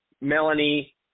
Melanie